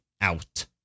out